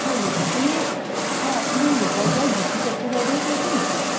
হয় আপুনি অঁ আপুনি ৰিপৰ্টাৰ জ্য়োতি ছেত্ৰী বাইদেৱে কৈছে নেকি